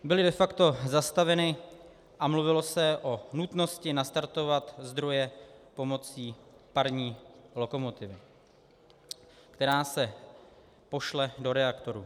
Byly de facto zastaveny a mluvilo se o nutnosti nastartovat zdroje pomocí parní lokomotivy, která se pošle do reaktoru.